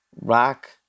rock